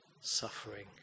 suffering